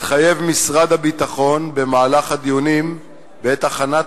התחייב משרד הביטחון במהלך הדיונים בעת הכנת